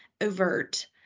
overt